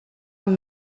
amb